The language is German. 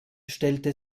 stellte